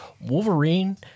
Wolverine